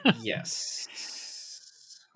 Yes